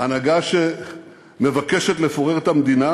הנהגה שמבקשת לפורר את המדינה,